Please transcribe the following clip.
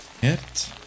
Hit